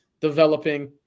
developing